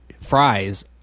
fries